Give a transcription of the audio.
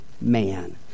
man